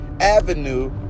avenue